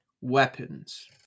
weapons